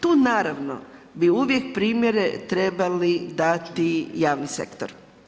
Tu naravno, bi uvijek primjere trebali dati javni sektor.